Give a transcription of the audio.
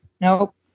Nope